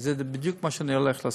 וזה בדיוק מה שאני הולך לעשות.